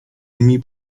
nimi